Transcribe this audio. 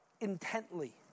intently